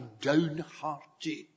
downhearted